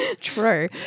True